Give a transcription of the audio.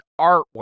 artwork